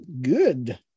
good